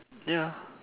ya